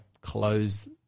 close